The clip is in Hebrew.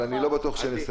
אבל אני לא בטוח שנסיים.